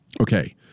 Okay